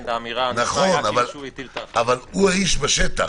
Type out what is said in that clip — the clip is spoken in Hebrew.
אבל הוא האיש בשטח.